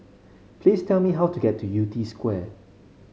please tell me how to get to Yew Tee Square